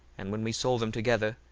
and when we saw them together,